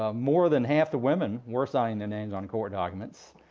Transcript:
ah more than half the women were signing their names on court documents,